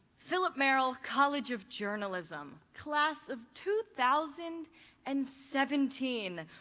philip marable college of journalism, class of two thousand and seventeen!